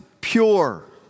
pure